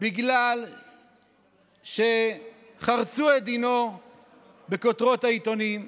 בגלל שחרצו את דינו בכותרות העיתונים,